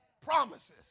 promises